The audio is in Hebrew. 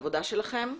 ולעבודה שלכם.